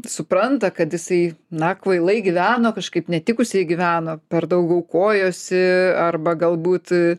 supranta kad jisai na kvailai gyveno kažkaip netikusiai gyveno per daug aukojosi arba galbūt